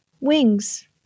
Wings